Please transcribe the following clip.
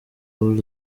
paul